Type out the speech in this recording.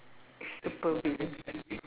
supervillain